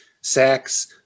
sex